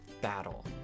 battle